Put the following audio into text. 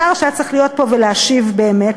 השר שהיה צריך להיות פה ולהשיב באמת,